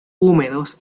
húmedos